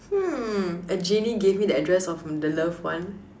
hmm a genie gave me the address of the loved one